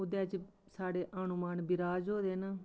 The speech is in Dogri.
उ'दे च साढ़े हनुमान बिराज होए दे न